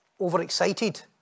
overexcited